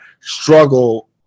struggle